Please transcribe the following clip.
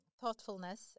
thoughtfulness